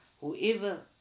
Whoever